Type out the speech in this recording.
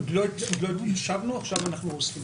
עוד לא ישבנו, עכשיו אנחנו אוספים את האנשים.